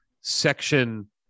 Section